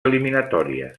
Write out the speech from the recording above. eliminatòries